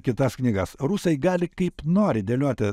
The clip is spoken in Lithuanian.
kitas knygas rusai gali kaip nori dėlioti